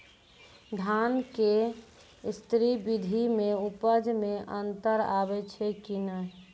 धान के स्री विधि मे उपज मे अन्तर आबै छै कि नैय?